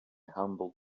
humble